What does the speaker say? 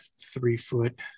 three-foot